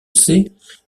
sait